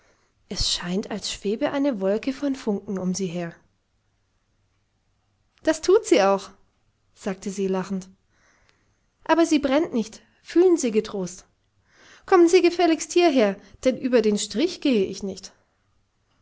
es scheint als schwebe eine wolke von funken um sie her das tut sie auch sagte se lachend aber sie brennt nicht fühlen sie getrost kommen sie gefälligst hierher denn über den strich gehe ich nicht